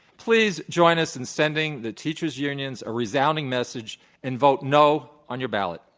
please join us in sending the teachers unions a resounding message and vote no on your ballot.